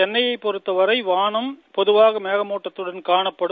சென்னையை பொறுத்தவரை வாளம் பொதுவாக மேகமுட்டத்தடன் காணப்படும்